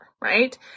right